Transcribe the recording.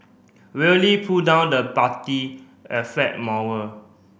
really pull down the party affect